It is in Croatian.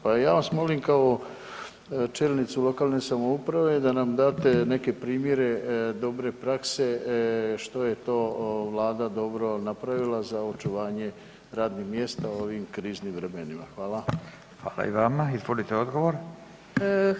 Pa ja vas molim kao čelnicu lokalne samouprave da nam date neke primjere dobre prakse što je to Vlada dobro napravila za očuvanje radnih mjesta u ovim kriznim vremenima.